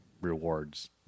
rewards